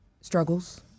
struggles